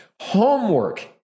homework